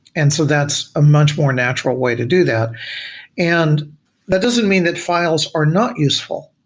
and so that's a much more natural way to do that and that doesn't mean that files are not useful.